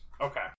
Okay